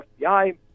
FBI